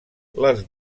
les